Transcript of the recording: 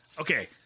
okay